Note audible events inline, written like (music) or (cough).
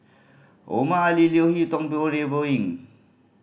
Omar Ali Leo Hee Tong (unintelligible) ying